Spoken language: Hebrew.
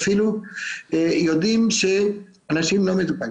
אנחנו יודעים שאנשים לא מטופלים.